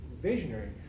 visionary